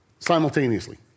Simultaneously